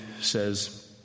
says